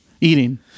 Eating